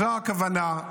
זאת הכוונה.